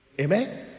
Amen